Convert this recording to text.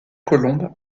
colombe